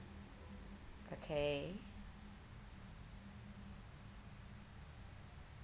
okay